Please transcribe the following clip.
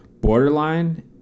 Borderline